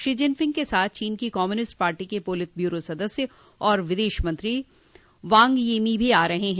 Shri Jinping के साथ चीन की कम्यूनिस्ट पार्टी के पोलित ब्यूरो सदस्य और विदेश मंत्री वांग यी भी आ रहे हैं